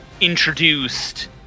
introduced